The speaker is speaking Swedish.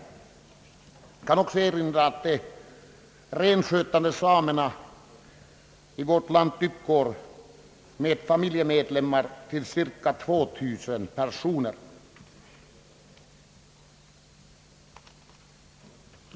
Jag kan också erinra om att antalet renskötande samer i vårt land med familjemedlemmar uppgår till omkring 2 000 personer.